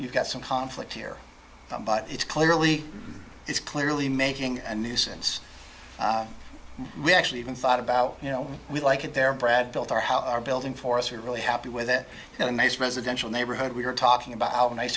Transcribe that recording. you've got some conflict here but it's clearly it's clearly making a nuisance we actually even thought about you know we like it there brad built our house our building for us we're really happy with it and amazed residential neighborhood we were talking about how nice